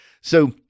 So-